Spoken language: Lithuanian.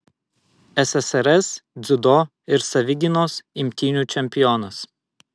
ssrs dziudo ir savigynos imtynių čempionas